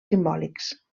simbòlics